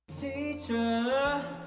teacher